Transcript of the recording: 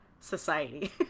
Society